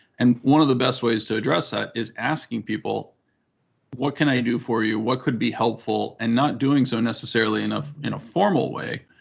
and one of the best ways to address that is asking people what can i do for you, what could be helpful, and not doing so necessarily in a and formal way.